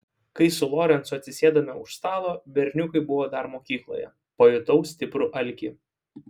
kai su lorencu atsisėdome už stalo berniukai buvo dar mokykloje pajutau stiprų alkį